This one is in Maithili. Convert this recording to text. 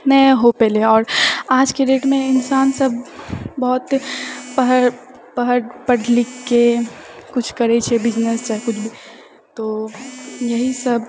नहि हो पेलै आओर आजके डेटमे इंसान सब बहुत पढ़ पढ़ पढ़ लिखके किछु करै छै बिजनेस या किछु भी तो इएह सब